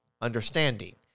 Understanding